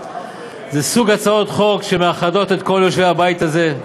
זה מסוג הצעות החוק שמאחדות את כל יושבי הבית הזה,